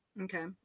okay